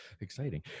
Exciting